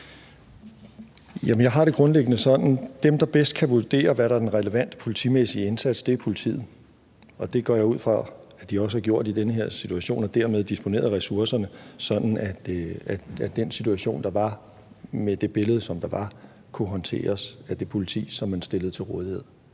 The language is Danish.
dem, der bedst kan vurdere, hvad der er den relevante politimæssige indsats, er politiet, og det går jeg ud fra at de også har gjort i den her situation, og dermed disponeret ressourcerne sådan, at den situation, der var – med det billede, som der var – kunne håndteres af det politi, som man stillede til rådighed.